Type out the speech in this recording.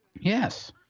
Yes